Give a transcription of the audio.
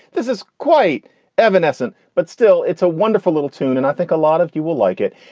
this is quite evanescent, but still it's a wonderful little tune and i think a lot of you will like it.